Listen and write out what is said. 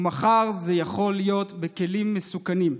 ומחר זה יכול להיות בכלים מסוכנים.